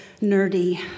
nerdy